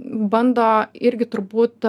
bando irgi turbūt